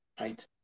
right